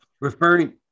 Referring